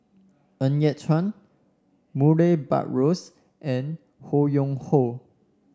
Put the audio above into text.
Ng Yat Chuan Murray Buttrose and Ho Yuen Hoe